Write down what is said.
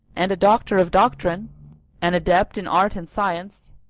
and a doctor of doctrine an adept in art and science,